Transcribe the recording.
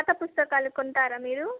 పాత పుస్తకాలు కొంటారా మీరు